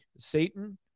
Satan